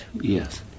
yes